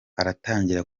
aratangira